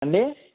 అండి